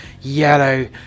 yellow